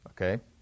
Okay